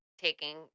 taking